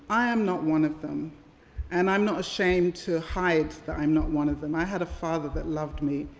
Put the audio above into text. i am not one of them and i'm not ashamed to hide that i'm not one of them. i had a father that loved me.